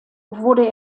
wurde